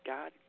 God